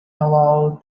allow